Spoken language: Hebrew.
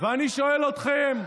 ואני שואל אתכם,